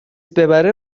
ببره